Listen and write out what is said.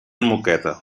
moqueta